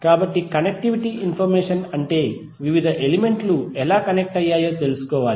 కాబట్టి connectivity information అంటే వివిధ ఎలిమెంట్లు ఎలా కనెక్ట్ అయ్యాయో తెలుసుకోవాలి